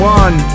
one